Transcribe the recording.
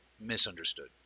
misunderstood